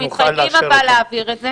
אנחנו מתחייבים להעביר את זה